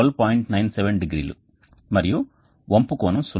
97 డిగ్రీలు మరియు వంపు కోణం సున్నా